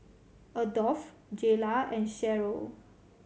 Adolf Jaylah and Sharyl